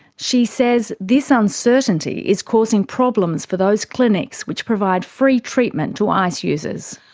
she says this uncertainty is causing problems for those clinics which provide free treatment to ice users.